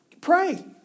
pray